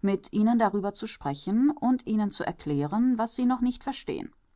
mit ihnen darüber zu sprechen und ihnen zu erklären was sie noch nicht verstehen